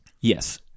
Yes